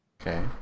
Okay